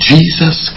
Jesus